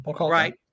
Right